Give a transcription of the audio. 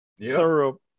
syrup